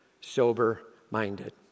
sober-minded